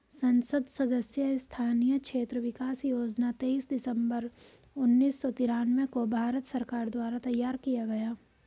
संसद सदस्य स्थानीय क्षेत्र विकास योजना तेईस दिसंबर उन्नीस सौ तिरान्बे को भारत सरकार द्वारा तैयार किया गया